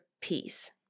peace